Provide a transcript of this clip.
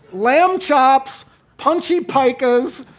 lamb chops, punchy pikas,